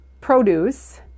produce